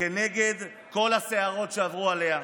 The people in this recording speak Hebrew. כנגד כל הסערות שעברו עליה.